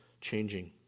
changing